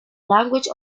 language